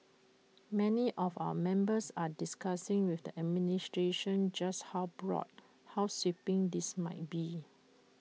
many of our members are discussing with the administration just how broad how sweeping this might be